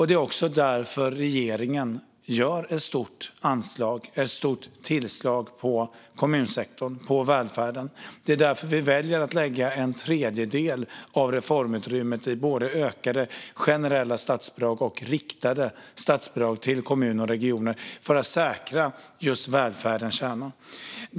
Det är därför regeringen ger ett stort tillskott till kommunsektorn och välfärden, och det är därför vi väljer att lägga en tredjedel av reformutrymmet på både ökade generella statsbidrag och riktade statsbidrag till kommuner och regioner - just för att säkra välfärdens kärna.